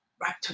Right